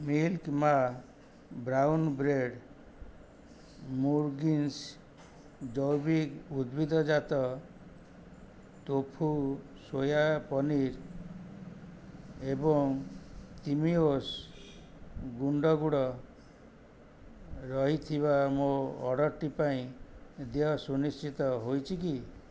milk ମା' brown bread ମୁରଗୀନ୍ସ୍ ଜୈବିକ ଉଦ୍ଭିଦଜାତ ତୋଫୁ ସୋୟା ପନିର୍ ଏବଂ ତିମିଓସ୍ ଗୁଣ୍ଡ ଗୁଡ଼ ରହିଥିବା ମୋ ଅର୍ଡ଼ର୍ଟି ପାଇଁ ଦେୟ ସୁନିଶ୍ଚିତ ହୋଇଛି କି